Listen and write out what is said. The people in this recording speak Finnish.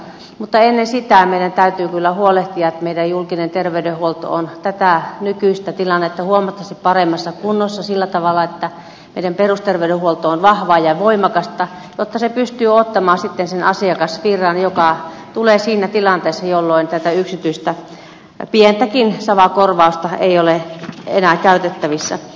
mutta ennen sitä meidän täytyy kyllä huolehtia siitä että meidän julkinen terveydenhuolto on tätä nykyistä tilannetta huomattavasti paremmassa kunnossa sillä tavalla että meidän perusterveydenhuolto on vahvaa ja voimakasta jotta se pystyy ottamaan sitten vastaan sen asiakasvirran joka tulee siinä tilanteessa jolloin tätä yksityistä pientäkään savakorvausta ei ole enää käytettävissä